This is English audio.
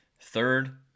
Third